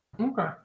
Okay